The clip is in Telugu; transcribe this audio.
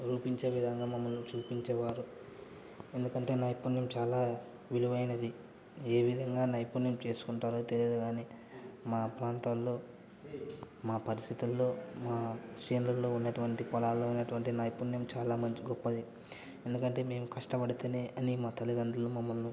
రూపించే విధంగా మమ్మల్ని చూపించేవారు ఎందుకంటే నైపుణ్యం చాలా విలువైనది ఏ విధంగా నైపుణ్యం చేసుకుంటారో తెలియదు కానీ మా ప్రాంతాల్లో మా పరిస్థితుల్లో మా చేనులల్లో ఉన్నటువంటి పొలాల్లో ఉన్నటువంటి నైపుణ్యం చాలా మంచి గొప్పది ఎందుకంటే మేము కష్టపడితేనే అని మా తల్లిదండ్రులు మమ్మల్ని